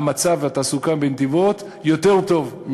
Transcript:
כיוון שהמצב והתעסוקה בנתיבות יותר טובים